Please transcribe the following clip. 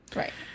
right